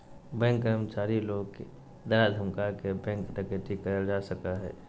bank कर्मचारी लोग के डरा धमका के बैंक डकैती करल जा सका हय